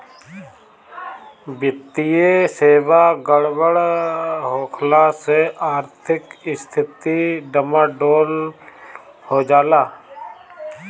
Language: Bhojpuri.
वित्तीय सेवा गड़बड़ होखला से आर्थिक स्थिती डमाडोल हो जाला